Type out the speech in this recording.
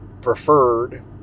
preferred